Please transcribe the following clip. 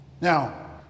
Now